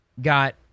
Got